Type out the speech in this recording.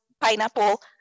Pineapple